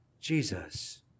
Jesus